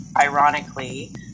ironically